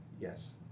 Yes